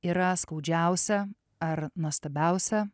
yra skaudžiausia ar nuostabiausia